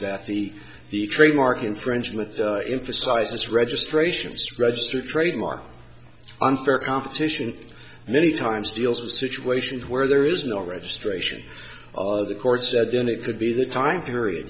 that the the trademark infringement impreciseness registrations registered trademark unfair competition many times deals with situations where there is no registration of the court said then it could be the time period